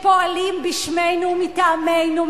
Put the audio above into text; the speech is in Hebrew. שפועלים בשמנו ומטעמנו,